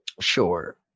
Sure